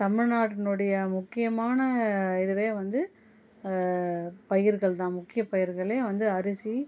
தமிழ்நாட்டினுடைய முக்கியமான இதுவே வந்து பயிர்கள் தான் முக்கிய பயிர்களே வந்து அரிசி